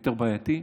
בעייתי,